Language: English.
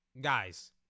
Guys